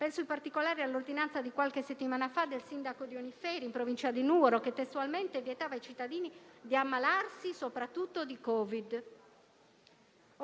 Occorre pertanto che il Governo intervenga al più presto sulle Regioni, al fine di monitorare ed eventualmente intervenire, laddove le amministrazioni regionali arranchino.